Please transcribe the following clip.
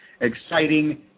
exciting